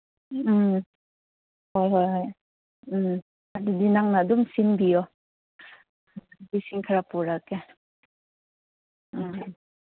ꯎꯝ ꯍꯣꯏ ꯍꯣꯏ ꯍꯣꯏ ꯎꯝ ꯑꯗꯨꯗꯤ ꯅꯪꯅ ꯑꯗꯨꯝ ꯁꯤꯟꯕꯤꯌꯣ ꯑꯗꯨꯁꯤꯡ ꯈꯔ ꯄꯨꯔꯛꯀꯦ ꯎꯝ